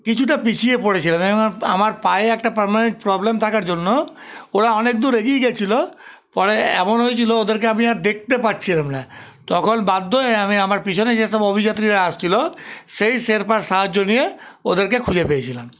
কিছুটা পিছিয়ে পড়েছিলাম আমার পায়ে একটা পার্মানেন্ট প্রবলেম থাকার জন্য ওরা অনেক দূর এগিয়ে গেছিল পরে এমন হয়েছিলো ওদেরকে আমি আর দেখতে পাচ্ছিলাম না তখন বাধ্য হয়ে আমি আমার পিছনে যে সব অভিযাত্রীরা আসছিলো সেই শেরপার সাহায্য নিয়ে ওদেরকে খুঁজে পেয়েছিলাম